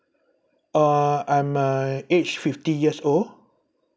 uh I am uh age fifty years old